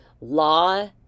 law